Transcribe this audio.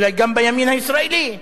אולי גם בימין הישראלי,